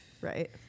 right